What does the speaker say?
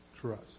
trust